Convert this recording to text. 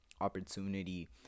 opportunity